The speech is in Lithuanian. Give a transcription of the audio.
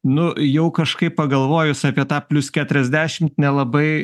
nu jau kažkaip pagalvojus apie tą plius keturiasdešimt nelabai